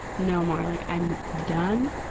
no more. like i'm done.